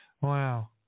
Wow